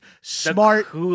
smart